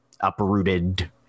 uprooted